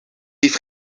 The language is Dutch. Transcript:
heeft